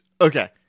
Okay